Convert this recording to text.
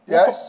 Yes